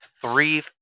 three